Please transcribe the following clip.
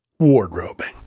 wardrobing